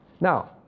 Now